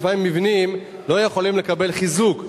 יש לפעמים מבנים שלא יכולים לקבל חיזוק,